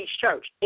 church